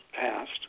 passed